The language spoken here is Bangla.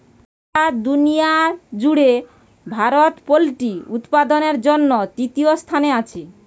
পুরা দুনিয়ার জুড়ে ভারত পোল্ট্রি উৎপাদনের জন্যে তৃতীয় স্থানে আছে